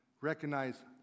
recognize